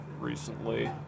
recently